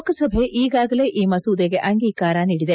ಲೋಕ ಸಭೆ ಈಗಾಗಲೇ ಈ ಮಸೂದೆಗೆ ಅಂಗೀಕಾರ ನೀಡಿದೆ